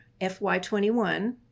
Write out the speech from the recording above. FY21